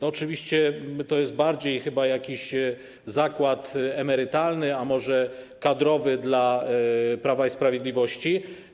Oczywiście to jest bardziej chyba jakiś zakład emerytalny, a może kadrowy, dla Prawa i Sprawiedliwości.